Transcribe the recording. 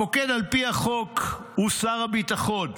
הפוקד על פי החוק הוא שר הביטחון.